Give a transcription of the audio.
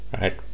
right